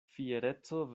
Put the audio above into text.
fiereco